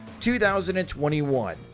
2021